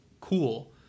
cool